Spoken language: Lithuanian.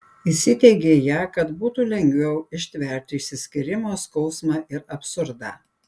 įsiteigei ją kad būtų lengviau ištverti išsiskyrimo skausmą ir absurdą